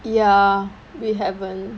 ya we haven't